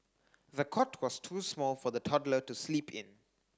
the cot was too small for the toddler to sleep in